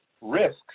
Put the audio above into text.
risks